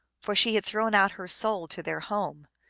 for she had thrown out her soul to their home,